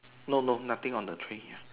no no nothing on the tree